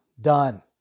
Done